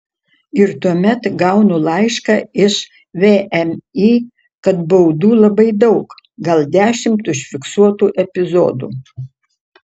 ir tuomet gaunu laišką iš vmi kad baudų labai daug gal dešimt užfiksuotų epizodų